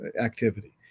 activity